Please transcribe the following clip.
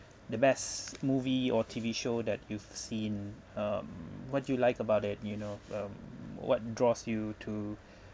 the best movie or T_V show that you've seen um what do you like about it you know um what draws you to